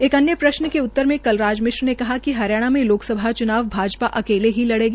एक अन्य प्रश्न के उतर में कलराज मिश्र ने कहा कि हरियाणा में लफ्रसभा च्नाव भाजपा अकेले ही लड़ेगी